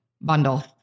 bundle